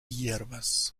hierbas